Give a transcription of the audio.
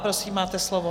Prosím, máte slovo.